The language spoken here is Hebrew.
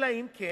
אלא אם כן